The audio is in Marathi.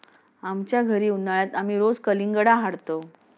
आमच्या घरी उन्हाळयात आमी रोज कलिंगडा हाडतंव